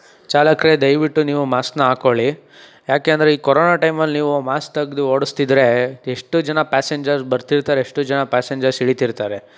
ಚಾಲಕರೆ ದಯವಿಟ್ಟು ನೀವು ಮಾಸ್ಕನ್ನ ಹಾಕ್ಕೊಳ್ಳಿ ಯಾಕೆಂದರೆ ಈ ಕೊರೋನಾ ಟೈಮಲ್ಲಿ ನೀವು ಮಾಸ್ಕ್ ತೆಗ್ದು ಓಡಿಸ್ತಿದ್ರೆ ಎಷ್ಟು ಜನ ಪ್ಯಾಸೆಂಜರ್ಸ್ ಬರ್ತಿರ್ತಾರೆ ಎಷ್ಟು ಜನ ಪ್ಯಾಸೆಂಜರ್ಸ್ ಇಳೀತಿರ್ತಾರೆ